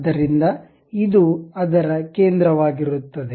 ಆದ್ದರಿಂದ ಇದು ಅದರ ಕೇಂದ್ರವಾಗಿರುತ್ತದೆ